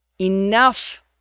Enough